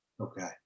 Okay